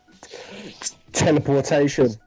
Teleportation